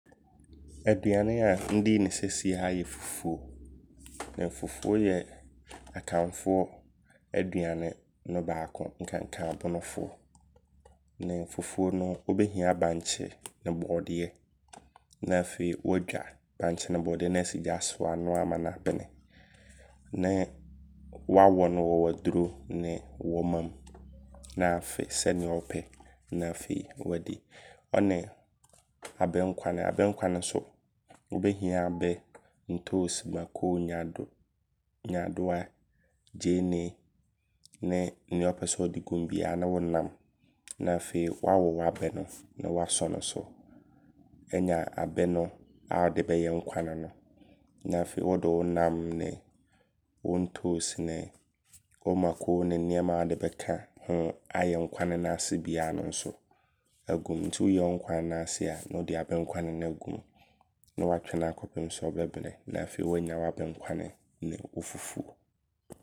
Aduane a ndii no seesei aa yɛ fufuo. Fufuo yɛ akanfoɔ aduane no baako nkanka Abonofoɔ. Ne fufuo no wobɛhia bankye ne bɔɔdeɛ. Na afei wadwa bankye ne bɔɔdeɛ no asi gya so anoa ama no abene. Ne wawɔ no wɔ waduro ne wɔma mu. Na afe sɛdeɛ wopɛ. Na afei wadi. Ɔne abɛnkwane. Abɛnkwane nso wobɛhia abɛ, ntoosi, mako nnyadoa, gyeenee ne nea wopɛsɛ wode gumu biaa ne wo nam. Na afei wawɔ w'abɛ no na wasɔne so. Wanya abɛ no a wode bɛyɛ nkwane no. Na afei wode wo nam ne wo ntoosi ne wo mako ne nneɛma a wode bɛka ho ayɛ nkwane no ase biaa no nso agumu. Nti woyɛ wo nkwane no ase a, ne wode abɛnkwane no agumu. Ne watwɛne akɔpem sɛ ɔbɛbene. Na afei woanya w'abɛnkwane ne wo fufuo.